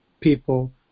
people